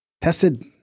tested